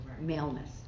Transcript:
maleness